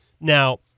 Now